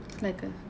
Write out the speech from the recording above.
like a